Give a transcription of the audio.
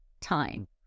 time